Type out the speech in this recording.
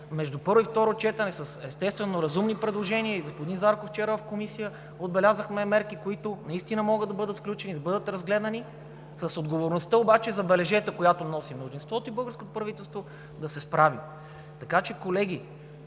между първо и второ четене, с естествено разумни предложения – вчера в Комисията и с господин Зарков отбелязахме мерки, които наистина могат да бъдат сключени, да бъдат разгледани с отговорността обаче, забележете, която носи мнозинството и българското правителство, да се справим. Така че, колеги,